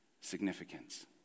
significance